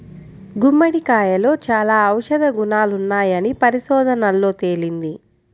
గుమ్మడికాయలో చాలా ఔషధ గుణాలున్నాయని పరిశోధనల్లో తేలింది